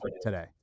today